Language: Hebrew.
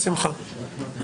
בשמחה.